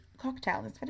cocktail